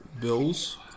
Bills